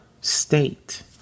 state